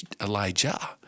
Elijah